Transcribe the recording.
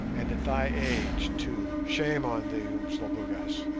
and at thy age, too. shame on thee! umslopogaas